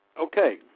okay